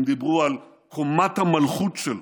הם דיברו על קומת המלכות שלו,